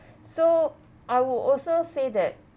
so I will also say that